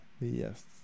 yes